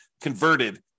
converted